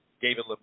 David